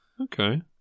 okay